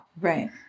Right